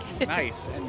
Nice